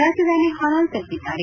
ರಾಜಧಾನಿ ಹನೋಯ್ ತಲುಪಿದ್ದಾರೆ